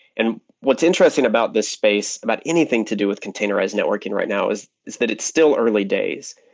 and what's interesting about this space, about anything to do with containerized networking right now is is that it's still early days.